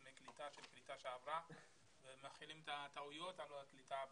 מקליטה של קליטה שעברה ומחילים את הטעויות על הקליטה הבאה,